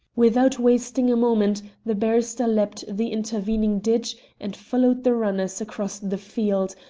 without wasting a moment the barrister leapt the intervening ditch and followed the runners across the field,